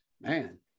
man